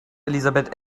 elisabeth